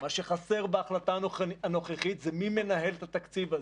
מה שחסר בהחלטה הנוכחית זה מי מנהל את התקציב הזה.